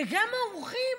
וגם המומחים,